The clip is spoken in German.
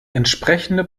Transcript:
entsprechende